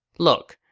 look,